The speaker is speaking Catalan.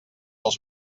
els